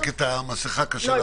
יש